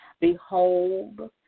Behold